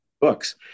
books